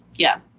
yeah.